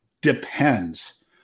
depends